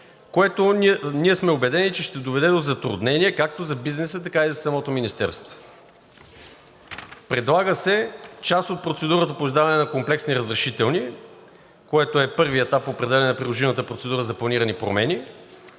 което ние сме убедени, че ще доведе до затруднения както за бизнеса, така и за самото Министерство. Предлага се част от процедурата по издаване на комплексни разрешителни, което е първият етап по определяне на приложимата процедура за планирани промени